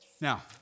Now